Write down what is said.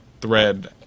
thread